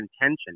intention